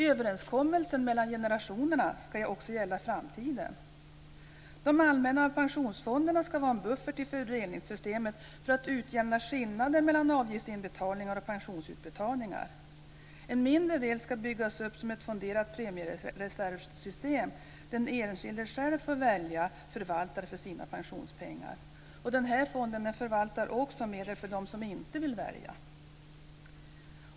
Överenskommelsen mellan generationerna ska också gälla i framtiden. De allmänna pensionsfonderna ska vara en buffert i fördelningssystemet för att utjämna skillnader mellan avgiftsinbetalningar och pensionsutbetalningar. En mindre del ska byggas upp som ett fonderat premiereservssystem, där den enskilde själv får välja förvaltare för sina pensionspengar. Den fonden förvaltar också medel för dem som inte vill välja.